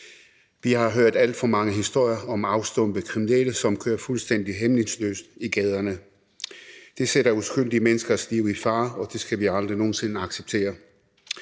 Vi har hørt alt for mange historier om afstumpede kriminelle, der kører fuldstændig hæmningsløst i gaderne. Det bringer jo uskyldige menneskers liv i fare, og det skal vi aldrig nogen sinde acceptere.